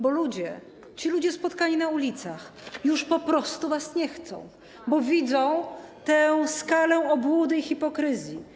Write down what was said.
Bo ludzie, ci ludzie spotkani na ulicach, już po prostu was nie chcą, bo widzą tę skalę obłudy i hipokryzji.